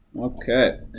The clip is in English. Okay